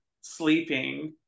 sleeping